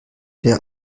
der